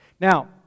Now